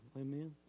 Amen